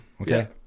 Okay